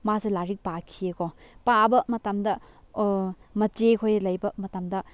ꯃꯥꯁꯦ ꯂꯥꯏꯔꯤꯛ ꯄꯥꯈꯤꯌꯦꯀꯣ ꯄꯥꯕ ꯃꯇꯝꯗ ꯃꯆꯦꯈꯣꯏ ꯂꯩꯕ ꯃꯇꯝꯗ